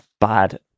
bad